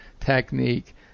technique